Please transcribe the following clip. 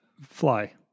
Fly